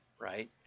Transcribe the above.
right